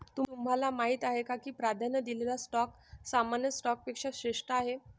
तुम्हाला माहीत आहे का की प्राधान्य दिलेला स्टॉक सामान्य स्टॉकपेक्षा श्रेष्ठ आहे?